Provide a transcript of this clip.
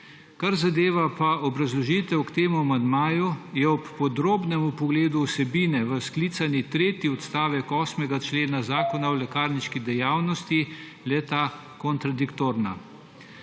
Kar zadeva pa obrazložitev k temu amandmaju, je ob podrobnem pogledu vsebine v sklicani tretji odstavek 8. člena Zakona o lekarni dejavnosti le-ta kontradiktorna.